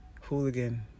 Hooligan